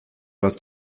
bat